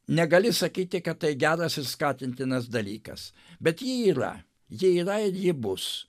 negali sakyti kad tai geras ir skatintinas dalykas bet ji yra ji yra ir ji bus